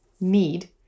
need